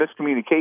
miscommunication